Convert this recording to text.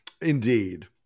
Indeed